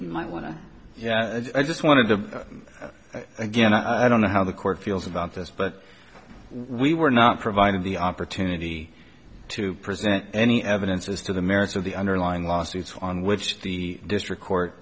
to yeah i just wanted to again i don't know how the court feels about this but we were not provided the opportunity to present any evidence as to the merits of the underlying lawsuits on which the district court